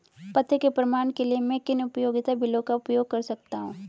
पते के प्रमाण के लिए मैं किन उपयोगिता बिलों का उपयोग कर सकता हूँ?